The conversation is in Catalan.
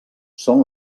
són